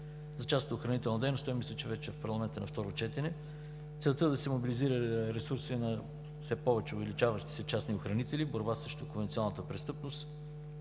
за частната охранителна дейност. Мисля, че вече е в парламента на второ четене. Целта е да се мобилизира ресурсът на все повече увеличаващите се частни охранители, борба срещу конвенционалната престъпност